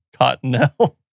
Cottonelle